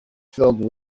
filled